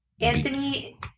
Anthony